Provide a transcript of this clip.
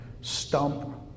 stump